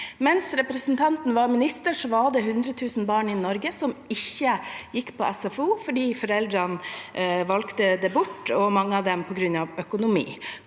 Mens representanten var minister, var det 100 000 barn i Norge som ikke gikk på SFO, fordi foreldrene valgte det bort, og mange av dem på grunn av økonomi.